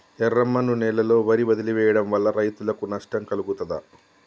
ఎర్రమన్ను నేలలో వరి వదిలివేయడం వల్ల రైతులకు నష్టం కలుగుతదా?